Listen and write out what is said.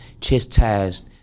chastised